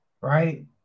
right